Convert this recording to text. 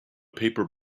paper